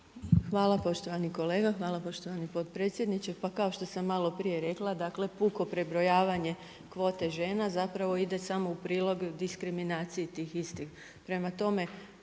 Hvala poštovani kolega, hvala poštovani potpredsjedniče. Pa kao što sam maloprije rekla, dakle puko prebrojavanje kvote žena zapravo ide samo u prilog diskriminaciji tih istih. Prema tome,